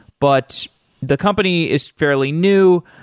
but the company is fairly new.